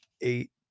eight